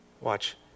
Watch